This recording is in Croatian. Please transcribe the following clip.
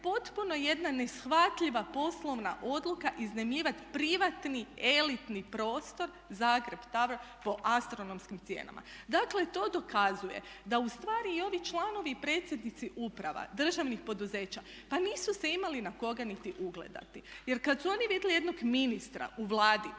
potpuno jedna neshvatljiva poslovna odluka iznajmljivati privatni elitni prostor Zagreb Tower po astronomskim cijenama. Dakle to dokazuje da ustvari i ovi članovi i predsjednici uprava, državnih poduzeća pa nisu se imali na koga niti ugledati. Jer kada su oni vidjeli jednog ministra u Vladi